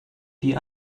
die